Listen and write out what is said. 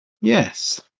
Yes